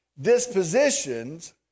dispositions